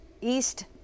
East